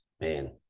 man